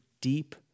deep